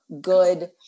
good